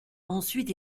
ensuite